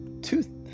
tooth